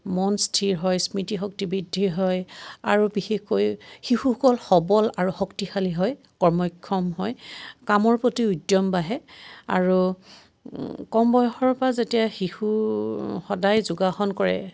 মন স্থিৰ হয় স্মৃতি শক্তি বৃদ্ধি হয় আৰু বিশেষকৈ শিশুসকল সবল আৰু শক্তিশালী হয় কৰ্মক্ষম হয় কামৰ প্ৰতি উদ্যম বাঢ়ে আৰু কম বয়সৰ পৰা যেতিয়া শিশুৰ সদায় যোগাসন কৰে